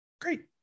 great